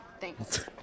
Thanks